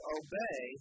obey